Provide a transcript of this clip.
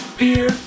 beer